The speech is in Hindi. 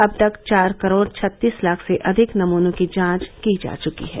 अब तक चार करोड़ छत्तीस लाख से अधिक नमूनों की जांच की जा चुकी है